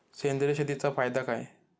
सेंद्रिय शेतीचा फायदा काय?